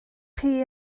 chi